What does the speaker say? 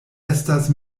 estas